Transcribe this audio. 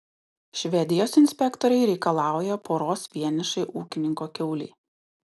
švedijos inspektoriai reikalauja poros vienišai ūkininko kiaulei